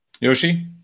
Yoshi